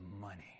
money